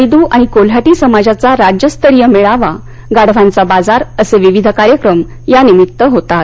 वैद् आणि कोल्हाटी समाजाचा राज्यस्तरीय मछ्ठिवा गाढवाद्यी बाजार असठ विविध कार्यक्रम या निमित्त होतात